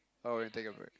oh and take a break